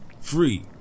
Free